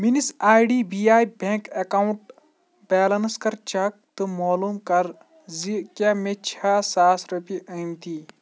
میٛٲنِس I D B I bank account balance کَر check تہٕ معلوٗم کَر زِ کیٛاہ مےٚ چھا ساس رۄپیہِ آمٕتی